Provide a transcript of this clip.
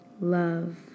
love